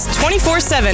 24-7